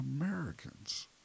Americans